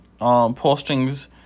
postings